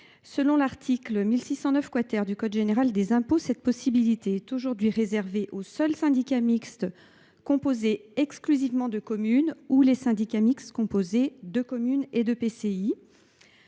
Selon l’article 1609 du code général des impôts, cette possibilité est aujourd’hui réservée aux seuls syndicats mixtes composés exclusivement de communes ou aux syndicats mixtes composés de communes et d’EPCI,